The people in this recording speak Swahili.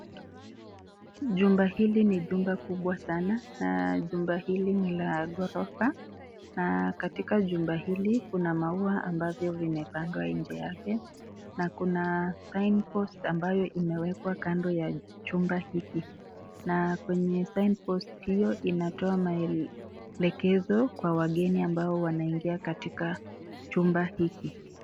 Jumba hili ni jumba kubwa sana jumba na jumba hili ni la ghorofa katika jumba hili kuna maua ambayo imepandwa inje yake na kuna (cs)sign post(cs) ambayo imewekwa kando ya chumba hiki na kwenye (cs)sign post(cs) hiyo inatoa maelekezo kwa wageni ambao wanaoingia katika chumba hiki.